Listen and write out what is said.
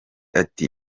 ati